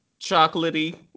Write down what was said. chocolatey